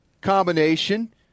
combination